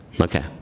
Okay